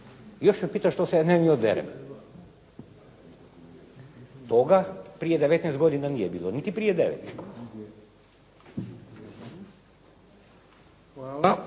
Još me pita što se na nju derem. Toga prije 19 godina nije bilo, niti prije 9.